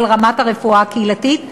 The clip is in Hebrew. על רמת הרפואה הקהילתית.